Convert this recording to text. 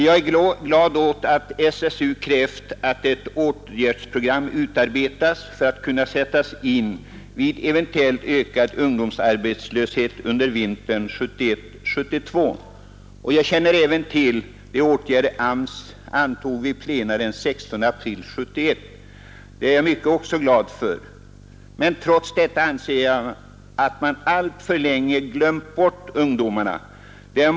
Jag är glad över att SSU krävt att ett åtgärdsprogram utarbetas för att kunna sättas in vid eventuellt ökad ungdomsarbetslöshet under vintern 1971—1972, och jag känner även till de åtgärder AMS antog vid plenum den 16 april 1971. Jag är också mycket glad för detta. Men trots detta anser jag att man alltför länge glömt bort ungdomarna i Norrland.